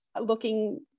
looking